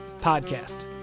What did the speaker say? Podcast